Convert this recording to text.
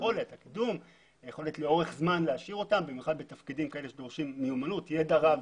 היכולת להשאיר אותם לאורך זמן בתפקיד שדורש מיומנות וידע רב.